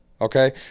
Okay